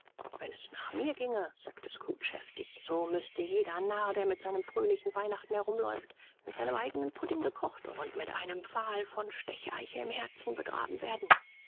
wenn es nach mir ginge sagte scrooge heftig so müßte jeder narr der mit seinem fröhlichen weihnachten herumläuft mit seinem eigenen pudding gekocht und mit einem pfahl von stecheiche im herzen begraben werden